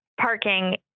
Parking